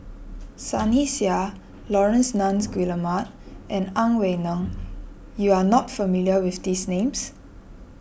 Sunny Sia Laurence Nunns Guillemard and Ang Wei Neng you are not familiar with these names